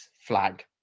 flag